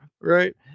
Right